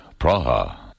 Praha